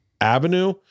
avenue